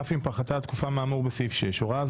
אף אם פחתה התקופה מהאמור בסעיף 6. הוראה